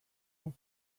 ash